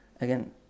Again